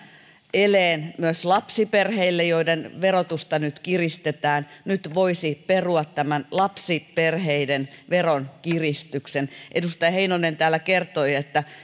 eleen myös lapsiperheille joiden verotusta nyt kiristetään nyt voisi perua tämän lapsiperheiden veronkiristyksen edustaja heinonen täällä kertoi että